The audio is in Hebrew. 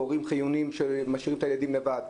הורים שהם עובדים חיוניים ומשאירים את הילדים לבד.